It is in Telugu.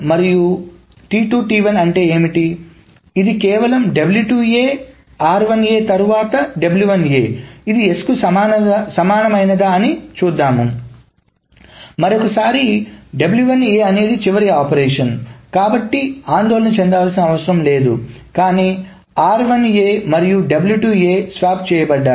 కాబట్టి అంటే ఏమిటి ఇది కేవలం తరువాత ఇది S కు సమానమైనదా అని చూద్దాం మరొకసారి అనేది చివరి ఆపరేషన్ కాబట్టి ఆందోళన చెందాల్సిన అవసరం లేదు కానీ మరియు స్వాప్ చేయబడ్డాయి